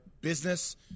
business